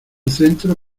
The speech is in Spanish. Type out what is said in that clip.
centro